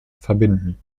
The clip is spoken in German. verbinden